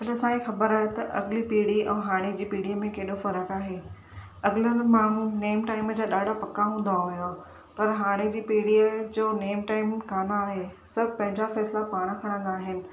अॼु असांखे ख़बर आहे त अॻी पीढ़ी ऐं हाणे जी पीढ़ीअ में केॾो फ़र्क़ु आहे अॻलनि माण्हू नेम टाईम जा ॾाढा पका हूंदा हुआ पर हाणे जी पीढ़ीअ जो नेम टाईम कान्ह आहे सभु पंहिंजा फैसिला पाणि खणंदा आहिनि